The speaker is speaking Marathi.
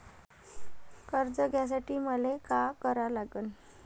कर्ज घ्यासाठी मले का करा लागन?